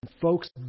Folks